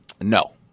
no